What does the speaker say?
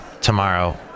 tomorrow